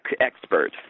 expert